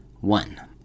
One